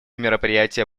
мероприятие